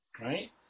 right